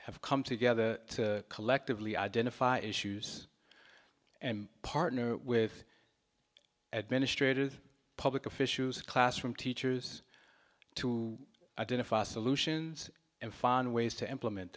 have come together collectively identify issues and partner with administrators public officials classroom teachers to identify solutions and find ways to implement